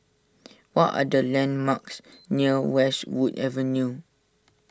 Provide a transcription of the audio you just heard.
what are the landmarks near Westwood Avenue